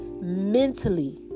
mentally